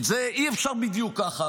את זה אי-אפשר בדיוק ככה,